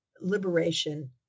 liberation